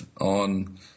on